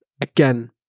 again